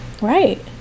right